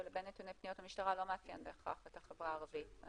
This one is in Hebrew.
לבין נתוני פניות למשטרה לא מאפיין בהכרח את החברה הערבית.